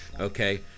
okay